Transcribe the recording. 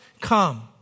come